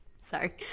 sorry